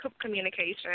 communication